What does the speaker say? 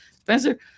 Spencer